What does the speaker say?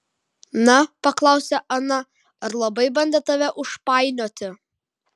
na paklausė ana ar labai bandė tave užpainioti